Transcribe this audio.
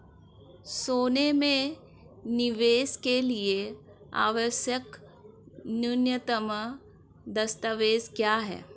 सोने में निवेश के लिए आवश्यक न्यूनतम दस्तावेज़ क्या हैं?